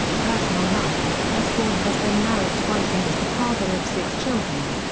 personal life osbourne has been married twice and is the father of six children.